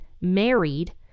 married